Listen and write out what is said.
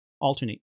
alternate